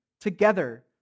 together